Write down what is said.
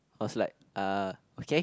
I was like uh okay